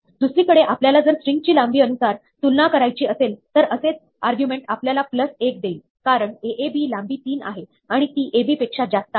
दुसरीकडे आपल्याला जर स्ट्रिंगज़ ची लांबी अनुसार तुलना करायची असेल तरअसेच आर्ग्युमेंट आपल्याला प्लस 1 देईल कारण aab लांबी तीन आहे आणि ती ab पेक्षा जास्त आहे